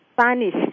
Spanish